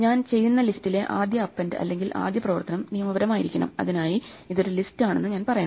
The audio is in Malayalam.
ഞാൻ ചെയ്യുന്ന ലിസ്റ്റിലെ ആദ്യ അപ്പെൻഡ് അല്ലെങ്കിൽ ആദ്യ പ്രവർത്തനം നിയമപരമായിരിക്കണം അതിനായി ഇത് ഒരു ലിസ്റ്റ് ആണെന്ന് ഞാൻ പറയണം